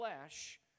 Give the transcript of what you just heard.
flesh